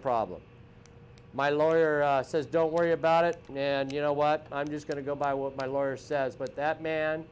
problem my lawyer says don't worry about it you know what i'm just going to go by what my lawyer says but that man